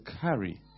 carry